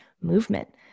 movement